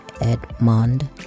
Edmond